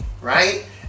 right